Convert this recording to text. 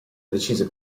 decise